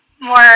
more